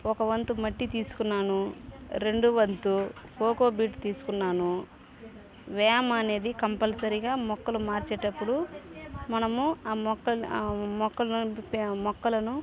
ఒక వంతు మట్టి తీసుకున్నాను రెండో వంతు కోకో బిట్ తీసుకున్నాను వ్యామ్ అనేది కంపల్సరిగా మొక్కలు మార్చేటప్పుడు మనము ఆ మొక్క ఆ మొక్కలు ఆ మొక్కలను